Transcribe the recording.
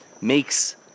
makes